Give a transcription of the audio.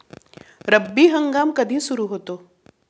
रब्बी हंगाम कधी सुरू होतो?